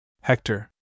Hector